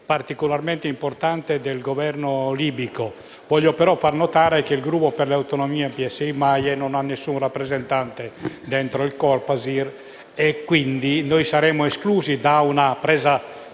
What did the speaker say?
particolarmente importante del Governo libico. Voglio però far notare che il Gruppo Per le Autonomie-PSI-MAIE non ha nessun rappresentante all'interno del Copasir; noi saremmo quindi esclusi da una presa